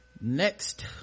next